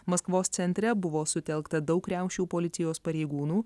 maskvos centre buvo sutelkta daug riaušių policijos pareigūnų